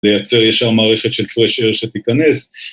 לייצר ישר מערכת של פרש אייר שתיכנס.